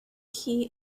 key